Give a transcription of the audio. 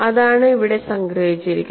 അതാണ് ഇവിടെ സംഗ്രഹിച്ചിരിക്കുന്നത്